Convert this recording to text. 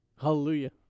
Hallelujah